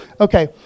Okay